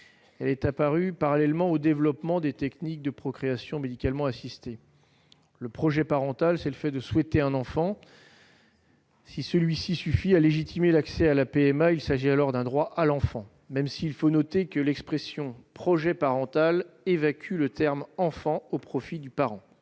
est apparue parallèlement au développement des techniques de procréation médicalement assistée. Le projet parental, c'est le fait de souhaiter un enfant. Si un tel souhait suffit à légitimer l'accès à la PMA, il s'agit alors d'un droit à l'enfant, même s'il faut noter que l'expression « projet parental » évacue le terme « enfant » au profit de celui